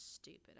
stupid